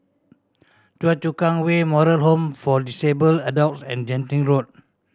Choa Chu Kang Way Moral Home for Disabled Adults and Genting Road